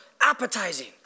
appetizing